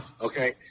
Okay